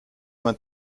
mein